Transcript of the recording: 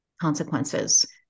consequences